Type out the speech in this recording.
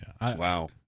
Wow